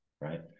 right